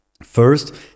first